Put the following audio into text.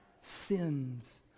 sins